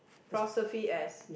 apostrophe S